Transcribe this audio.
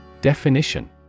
Definition